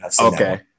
okay